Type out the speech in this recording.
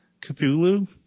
Cthulhu